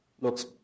looks